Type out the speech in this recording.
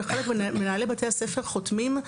ושחלק ממנהלי בתי הספר חותמים,